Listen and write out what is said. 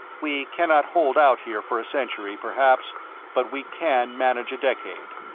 we cannot hold out here for a century, perhaps but we can manage a decade.